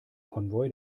konvoi